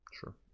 Sure